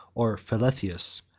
or feletheus,